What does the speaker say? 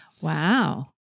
Wow